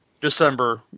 December